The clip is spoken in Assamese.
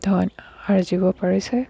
ধন আৰ্জিব পাৰিছে